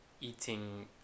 eating